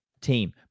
team